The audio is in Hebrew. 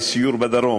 לסיור בדרום.